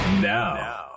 Now